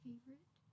Favorite